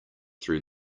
through